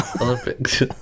Olympics